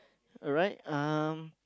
alright um